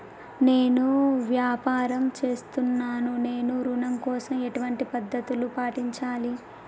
నేను వ్యాపారం చేస్తున్నాను నేను ఋణం కోసం ఎలాంటి పద్దతులు పాటించాలి?